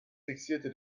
fixierte